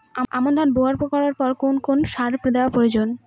আমন ধান রোয়া করার পর কোন কোন সার দেওয়া প্রয়োজন?